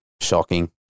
shocking